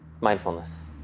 mindfulness